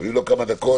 ואם לא כמה דקות,